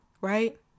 Right